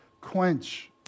quench